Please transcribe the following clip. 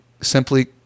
simply